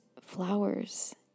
flowers